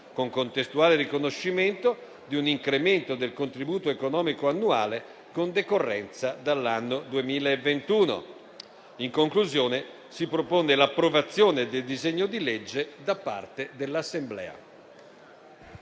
con contestuale riconoscimento di un incremento del contributo economico annuale con decorrenza dall'anno 2021. In conclusione, si propone l'approvazione del disegno di legge da parte dell'Assemblea.